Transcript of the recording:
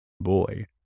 boy